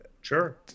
Sure